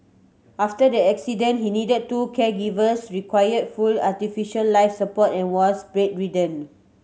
after the accident he needed two caregivers required full artificial life support and was bedridden